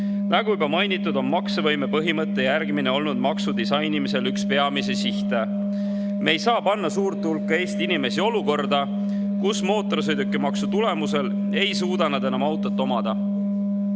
Nagu juba mainitud, on maksevõime põhimõtte järgimine olnud maksu disainimisel üks peamisi sihte. Me ei saa panna suurt hulka Eesti inimesi olukorda, kus mootorsõidukimaksu tõttu ei suuda nad enam autot omada.